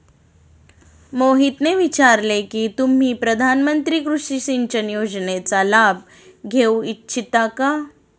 मोहितने विचारले की तुम्ही प्रधानमंत्री कृषि सिंचन योजनेचा लाभ घेऊ इच्छिता का?